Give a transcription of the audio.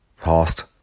past